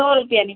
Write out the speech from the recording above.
સો રૂપિયાની